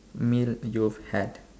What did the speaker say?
meal you've had